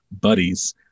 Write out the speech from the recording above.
buddies